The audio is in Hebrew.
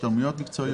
השתלמויות מקצועיות.